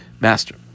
master